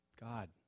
God